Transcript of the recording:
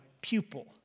pupil